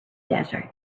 desert